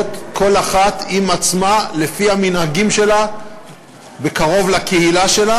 כל אחת עם עצמה לפי המנהגים שלה וקרוב לקהילה שלה.